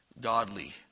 Godly